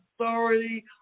authority